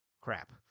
crap